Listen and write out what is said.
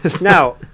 Now